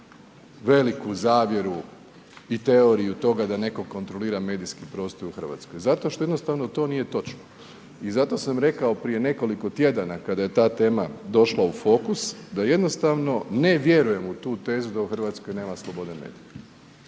veliku zavjeru i teoriju toga da netko kontrolira medijski prostor u RH, zato što jednostavno to nije točno i zato sam rekao prije nekoliko tjedana kada je ta tema došla u fokus da jednostavno ne vjerujem u tu tezu da u RH nema slobode medija